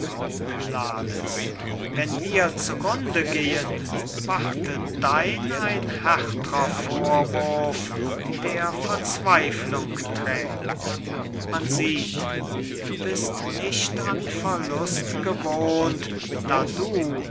pylades wenn wir zu grunde gehen wartet dein ein härtrer vorwurf der verzweiflung trägt man sieht du bist nicht an verlust gewohnt da du